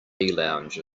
lounge